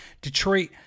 Detroit